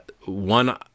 one